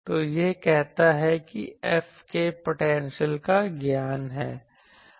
तो यह कहता है कि F के पोटेंशियल का ज्ञान है